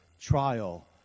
trial